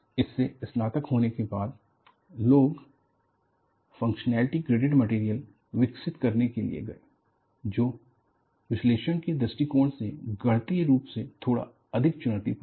इस से स्नातक होने के बाद लोग फंगक्शनली ग्रेडेड मटेरियल विकसित करने के लिए गए जो विश्लेषण के दृष्टिकोण से गणितीय रूप से थोड़ा अधिक चुनौती पूर्ण है